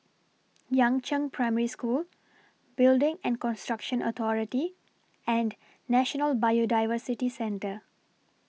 Yangzheng Primary School Building and Construction Authority and National Biodiversity Centre